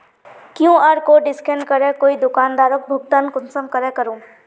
QR code scan करे कोई दुकानदारोक भुगतान कुंसम करे करूम?